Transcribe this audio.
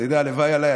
אתה יודע, הלוואי עליי.